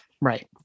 Right